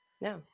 No